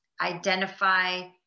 identify